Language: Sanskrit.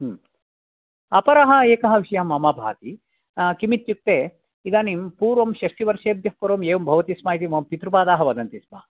अपरः एकः विषयः मम भाति किं इत्युक्ते इदानीं पूर्वं षष्ठिवर्षेभ्यः पूर्वं एवं भवति स्म इति मम पितृपादाः वदन्ति स्म